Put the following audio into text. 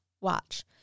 watch